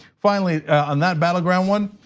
finally on that battleground one,